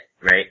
right